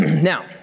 Now